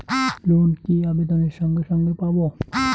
Loan কি আবেদনের সঙ্গে সঙ্গে পাব?